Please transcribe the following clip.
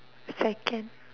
yes I can